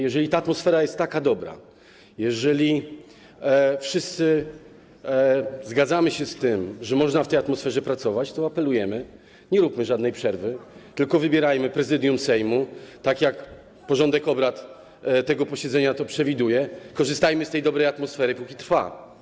Jeżeli ta atmosfera jest taka dobra, jeżeli wszyscy zgadzamy się z tym, że można w tej atmosferze pracować, to apelujemy: nie róbmy żadnej przerwy, tylko wybierajmy Prezydium Sejmu, tak jak to przewiduje porządek obrad tego posiedzenia, korzystajmy z tej dobrej atmosfery, póki trwa.